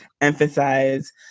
emphasize